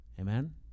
Amen